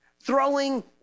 throwing